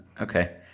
Okay